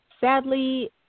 sadly